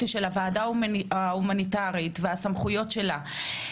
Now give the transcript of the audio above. של הוועדה ההומניטארית והסמכויות שלה.